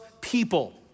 people